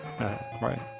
right